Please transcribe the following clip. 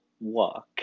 walk